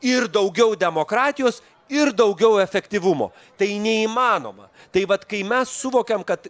ir daugiau demokratijos ir daugiau efektyvumo tai neįmanoma tai vat kai mes suvokiam kad